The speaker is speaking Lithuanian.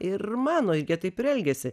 ir mano ir jie taip ir elgiasi